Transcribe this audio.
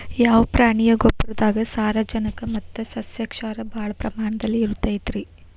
ಯಾವ ಪ್ರಾಣಿಯ ಗೊಬ್ಬರದಾಗ ಸಾರಜನಕ ಮತ್ತ ಸಸ್ಯಕ್ಷಾರ ಭಾಳ ಪ್ರಮಾಣದಲ್ಲಿ ಇರುತೈತರೇ?